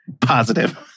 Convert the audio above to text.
Positive